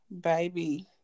baby